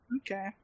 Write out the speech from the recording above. Okay